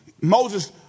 Moses